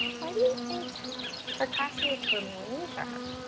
why do you think her classmates were mean to her?